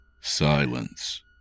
Silence